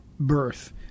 birth